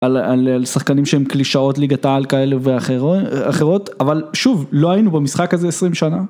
על שחקנים שהם קלישאות ליגת העל כאלה ואחרות, אבל שוב לא היינו במשחק הזה 20 שנה.